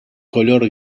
color